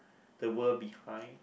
the world behind